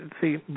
see